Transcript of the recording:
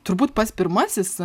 turbūt pats pirmasis